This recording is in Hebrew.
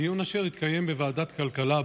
בדיון אשר התקיים בוועדת הכלכלה,